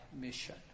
mission